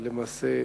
ולמעשה,